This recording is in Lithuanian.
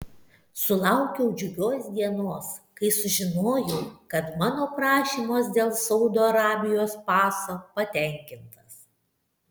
sulaukiau džiugios dienos kai sužinojau kad mano prašymas dėl saudo arabijos paso patenkintas